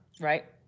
right